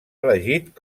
elegit